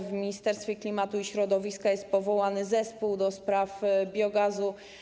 W Ministerstwie Klimatu i Środowiska jest powołany zespół ds. biogazu.